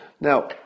Now